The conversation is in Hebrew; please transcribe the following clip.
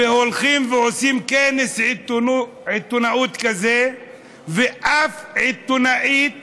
הולכים ועושים כנס עיתונאות כזה ואף עיתונאית